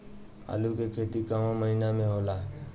आलू के खेती कवना महीना में होला?